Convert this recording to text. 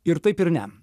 ir taip ir ne